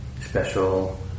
special